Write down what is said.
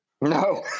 No